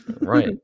Right